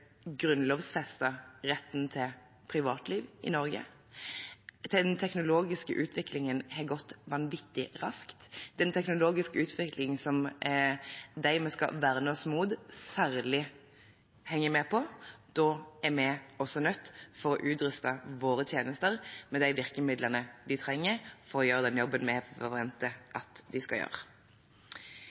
retten til privatliv i Norge. Den teknologiske utviklingen har gått vanvittig raskt, en teknologisk utvikling som de vi skal verne oss mot, særlig henger med på. Da er vi også nødt til å utruste våre tjenester med de virkemidlene de trenger for å gjøre den jobben vi forventer at de skal gjøre.